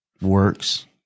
works